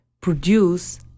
produce